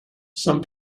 some